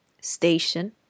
Station